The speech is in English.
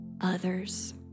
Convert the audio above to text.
others